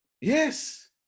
Yes